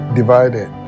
divided